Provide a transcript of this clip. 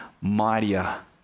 mightier